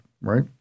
right